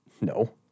No